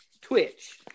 Twitch